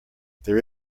there